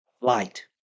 Light